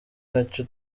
nacyo